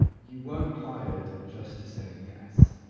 you weren't hired just to say yes.